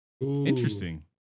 Interesting